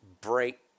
break